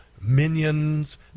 Minions